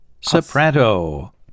soprano